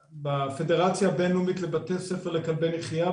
בפדרציה הבין-לאומית לבתי ספר לכלבי נחייה,